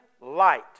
light